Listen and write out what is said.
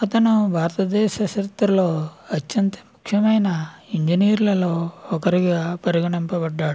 అతను భారతదేశ చరిత్రలో అత్యంత ముఖ్యమైన ఇంజనీర్లలో ఒకరిగా పరిగణింపబడ్డాడు